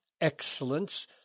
excellence